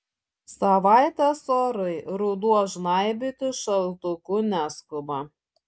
savaitės orai ruduo žnaibytis šaltuku neskuba